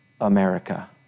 America